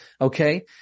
Okay